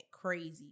crazy